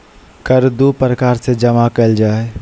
कर दू प्रकार से जमा कइल जा हइ